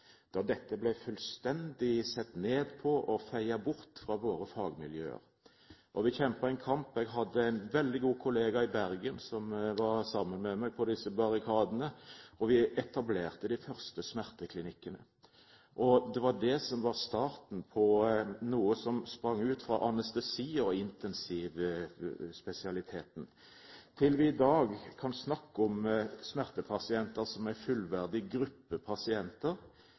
da dette ble fullstendig sett ned på og feiet bort fra våre fagmiljøer. Vi kjempet en kamp. Jeg hadde en veldig god kollega i Bergen som var sammen med meg på disse barrikadene, og vi etablerte de første smerteklinikkene. Og det var det som var starten på noe som sprang ut fra anestesi- og intensivspesialiteten, til vi i dag kan snakke om smertepasienter som en fullverdig gruppe pasienter.